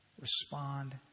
respond